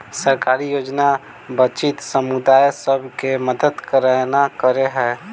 सरकारी योजना वंचित समुदाय सब केँ मदद केना करे है?